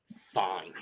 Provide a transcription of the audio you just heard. fine